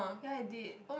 ya I did